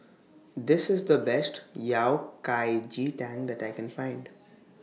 This IS The Best Yao Cai Ji Tang that I Can Find